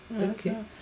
Okay